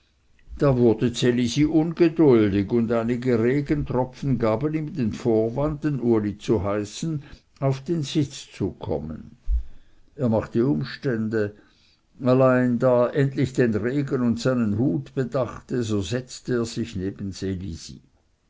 da wurde ds elisi ungeduldig und einige regentropfen gaben ihm den vorwand den uli zu heißen auf den sitz zu kommen er machte umstände allein da er endlich den regen und seinen hut bedachte so setzte er sich neben ds elisi